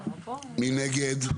מי נגד?